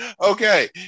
Okay